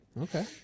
Okay